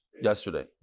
yesterday